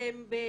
שהם בסוללות,